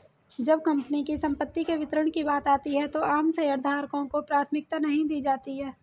जब कंपनी की संपत्ति के वितरण की बात आती है तो आम शेयरधारकों को प्राथमिकता नहीं दी जाती है